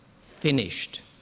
finished